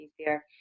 easier